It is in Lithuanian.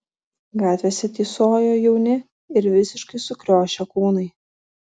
gatvėse tysojo jauni ir visiškai sukriošę kūnai